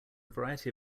variety